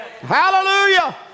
Hallelujah